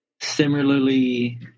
similarly